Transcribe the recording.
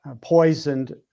poisoned